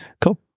Cool